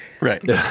Right